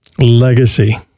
legacy